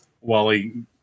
Wally